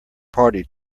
party